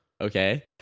Okay